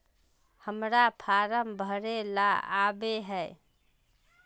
हम्मर फारम भरे ला न आबेहय?